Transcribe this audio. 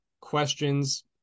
questions